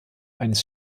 eines